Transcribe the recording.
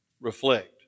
Reflect